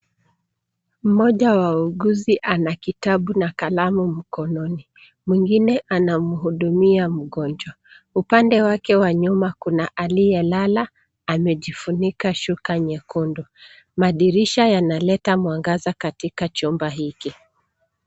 Mmoja wa wauguzi ana kitabu na kalamu mkononi. Mwingine anahudumia mgonjwa. Upande wake wa nyuma kuna aliyelala, amejifunika shuka nyekundu. Madirisha yanaleta mwangaza katika chumba hiki.